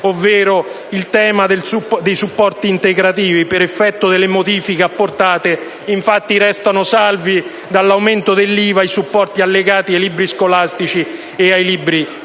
ovvero il tema dei supporti integrativi: per effetto delle modifiche apportate, infatti, restano salvi dall'aumento dell'IVA gli allegati ai supporti scolastici e ai libri